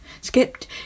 skipped